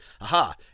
aha